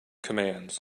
commands